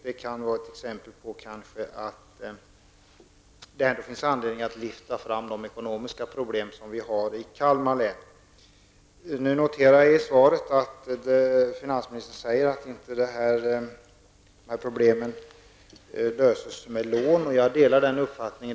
Den är ställd också för att det finns anledning att lyfta fram de ekonomiska problem som vi har i Kalmar län. Nu noterar jag att finansministern säger i svaret att dessa problem inte löses med lån. Jag delar den uppfattningen.